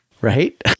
Right